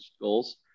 goals